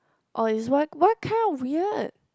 or is what what kind of weird